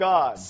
God